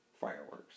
fireworks